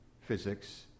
physics